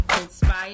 inspire